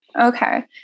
Okay